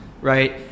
right